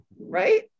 right